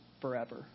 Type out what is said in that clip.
forever